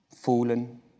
fallen